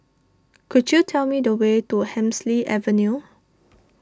could you tell me the way to Hemsley Avenue